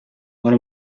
one